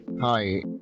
Hi